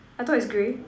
I thought it's grey